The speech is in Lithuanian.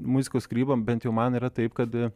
muzikos kūrybą bent jau man yra taip kad